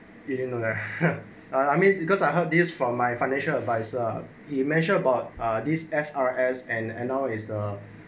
you didn't know that I mean because I heard this from my financial adviser you measure about uh these S_R_S and and now is ah